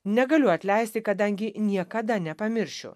negaliu atleisti kadangi niekada nepamiršiu